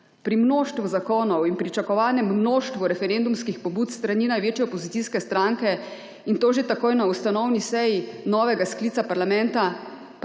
Pri mnoštvu zakonov in pričakovanem mnoštvu referendumskih pobud s strani največje opozicijske stranke, in to že takoj na ustanovni seji novega sklica parlamenta,